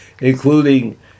including